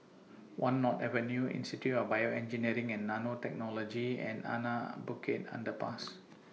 one North Avenue Institute of Bioengineering and Nanotechnology and Anak Bukit Underpass